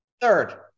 Third